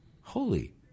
holy